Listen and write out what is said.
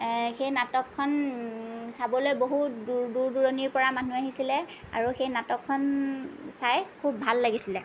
সেই নাটকখন চাবলৈ বহুত দূৰ দূৰ দূৰণিৰ পৰা মানুহ আহিছিলে আৰু সেই নাটকখন চাই খুব ভাল লাগিছিলে